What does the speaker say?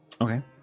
Okay